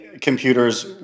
computers